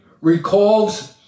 recalls